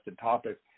topics